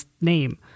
name